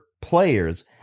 players